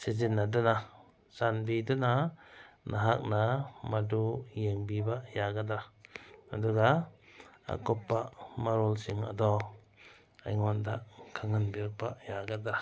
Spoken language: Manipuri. ꯁꯤꯖꯤꯟꯅꯗꯨꯅ ꯆꯥꯟꯕꯤꯗꯨꯅ ꯅꯍꯥꯛꯅ ꯃꯗꯨ ꯌꯦꯡꯕꯤꯕ ꯌꯥꯒꯗ꯭ꯔꯥ ꯑꯗꯨꯒ ꯑꯀꯨꯞꯄ ꯃꯔꯣꯜꯁꯤꯡ ꯑꯗꯣ ꯑꯩꯉꯣꯟꯗ ꯈꯪꯍꯟꯕꯤꯔꯛꯄ ꯌꯥꯒꯗ꯭ꯔꯥ